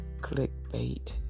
clickbait